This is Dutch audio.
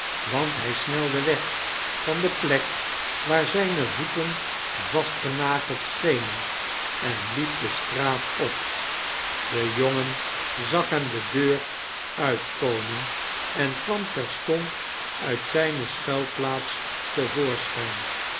want hij snelde weg van de plek waar zijne voeten vastgenageld sciienen en liep de straat op j de jongen zag hem de deur uit i komen en kwam terstond uit zijne schuilplaats